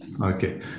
Okay